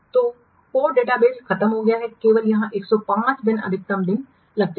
तो code database खत्म हो गया है केवल यह 105 दिन अधिकतम दिन लगते हैं